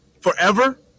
forever